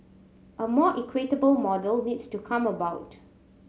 a more equitable model needs to come about